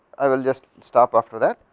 i will just stop after there,